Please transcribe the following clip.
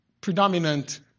predominant